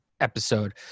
episode